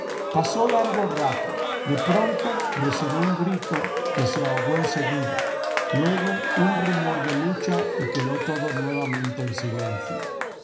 pasó largo rato de pronto resonó un grito que se ahogó en seguida luego un rumor de lucha y quedó todo nuevamente en silencio